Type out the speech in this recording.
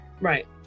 Right